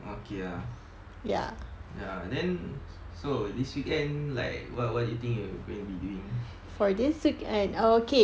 okay ah ya then so this weekend like what what do you think you going to be doing